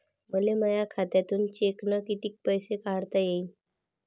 मले माया खात्यातून चेकनं कितीक पैसे काढता येईन?